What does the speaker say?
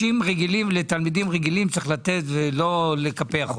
אתך שלתלמידים רגילים צריך לתת ולא להפלות אותם.